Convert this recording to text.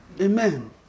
Amen